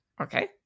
Okay